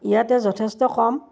ইয়াতে যথেষ্ট কম